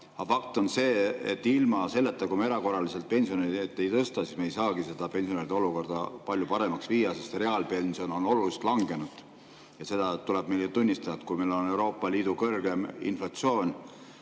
Aga fakt on see, et ilma erakorraliselt pensione ei tõstmata me ei saagi pensionäride olukorda palju paremaks teha, sest reaalpension on oluliselt langenud. Ja seda tuleb meil tunnistada, Eestis on Euroopa Liidu kõrgeim inflatsioon,